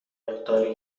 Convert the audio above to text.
مقداری